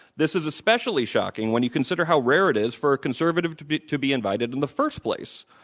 this is especially shocking when you consider how rare it is for a conservative to be to be invited in the first place.